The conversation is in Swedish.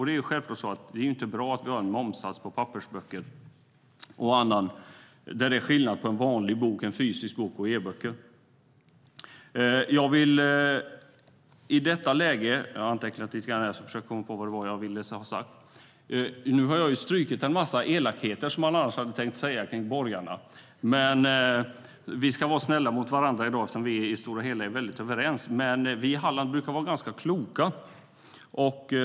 Det är självklart inte bra att vi har olika momssatser på en vanlig fysisk pappersbok och en e-bok. Jag har strukit en massa elakheter som jag annars hade tänkt säga om borgarna. Men vi ska vara snälla mot varandra i dag eftersom vi i det stora hela är mycket överens. Men vi i Halland brukar vara ganska kloka.